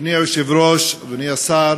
אדוני היושב-ראש, אדוני השר,